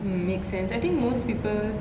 mm make sense I think most people